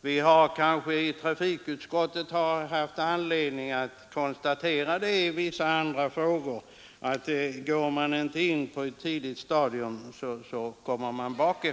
Vi har i trafikutskottet haft anledning att i vissa andra frågor konstatera att om man inte går in på ett tidigt stadium, så kommer man efter.